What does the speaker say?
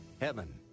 heaven